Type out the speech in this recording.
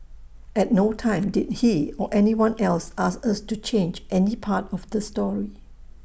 at no time did he or anyone else ask us to change any part of the story